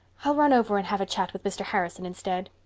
i'll run over and have a chat with mr. harrison instead.